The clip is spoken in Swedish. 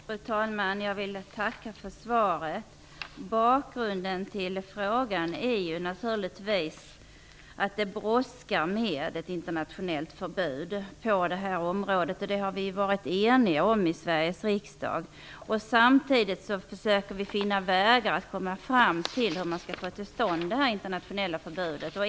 Fru talman! Jag vill tacka för svaret. Bakgrunden till frågan är naturligtvis att det brådskar med ett internationellt förbud på det här området. Det har vi varit eniga om i Sveriges riksdag. Samtidigt försöker vi finna vägar för att komma fram till hur man skall få till stånd detta internationella förbud.